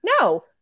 No